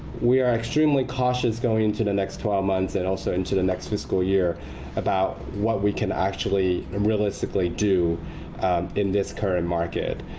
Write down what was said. we are extremely cautious going into the next twelve months and also into the next fiscal year about what we can actually realistically do in this current market.